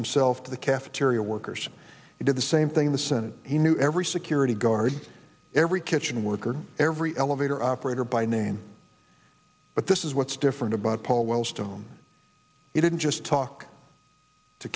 himself to the cafeteria workers did the same thing in the senate he knew every security guard every kitchen worker every elevator operator by name but this is what's different about paul wellstone he didn't just talk to